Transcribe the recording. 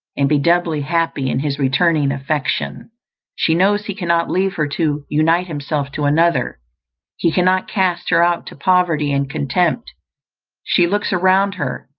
and be doubly happy in his returning affection she knows he cannot leave her to unite himself to another he cannot cast her out to poverty and contempt she looks around her,